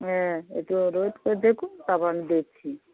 হ্যাঁ একটু রোদ করে দেখুন তারপর আমি দেখছি